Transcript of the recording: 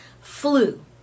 flu